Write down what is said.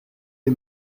les